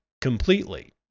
completely